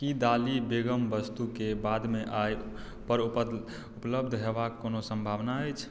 की दालि बेगम वस्तु के बादमे आइ पर ऊपर उपलब्ध हेबाक कोनो सम्भावना अछि